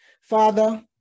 Father